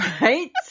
right